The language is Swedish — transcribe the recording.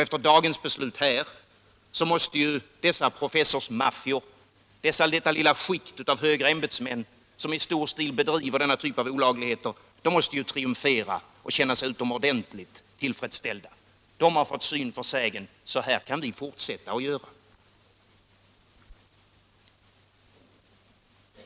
Efter dagens beslut här måste dessa professorsmaffior, detta lilla skikt av högre ämbetsmän som i stor stil driver denna typ av olaglighet triumfera och känna sig utomordentligt tillfredsställda. De har fått syn för sägen: Så här kan vi fortsätta att göra.